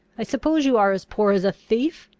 i suppose you are as poor as a thief?